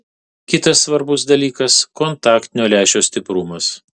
kitas svarbus dalykas kontaktinio lęšio stiprumas